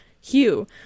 hue